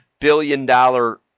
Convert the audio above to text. billion-dollar